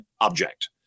object